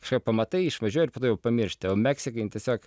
kažką pamatai išvažiuoji ir po to jau pamiršti o meksikai tiesiog